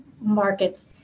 markets